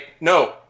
no